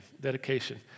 dedication